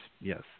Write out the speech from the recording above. Yes